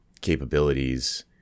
capabilities